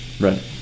Right